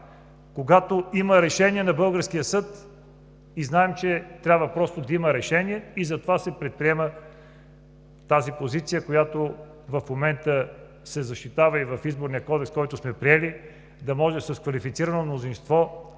когато има решение на българския съд и знаем, че просто трябва да има решение и затова се предприема тази позиция, която в момента се защитава и в Изборния кодекс, който сме приели – да може да бъде взето с квалифицирано мнозинство